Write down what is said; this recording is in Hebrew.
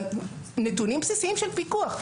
אבל נתונים בסיסיים של פיקוח.